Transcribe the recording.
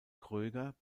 kröger